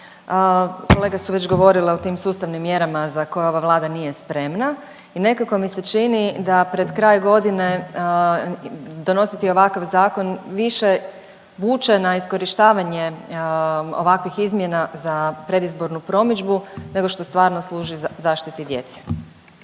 Kolege su već govorile o tim sustavim mjerama za koje ova Vlada nije spremna i nekako mi se čini da pred kraj godine donositi ovakav zakon više vuče na iskorištavanje ovakvih izmjena za predizbornu promidžbu nego što stvarno služi zaštiti djece.